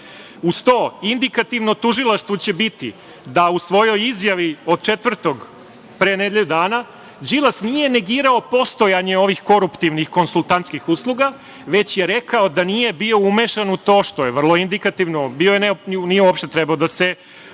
Uz to, u indikativnom tužilaštvu će biti da u svojoj izjavi od 4, pre nedelju dana, Đilas nije negirao postojanje ovih koruptivnih konsultantskih usluga, već je rekao da nije bio umešan u to, što je vrlo indikativno. Nije uopšte trebao, da je iole